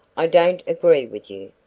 i don't agree with you,